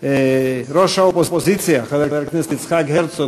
ראש האופוזיציה חבר הכנסת יצחק הרצוג,